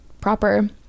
proper